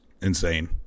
insane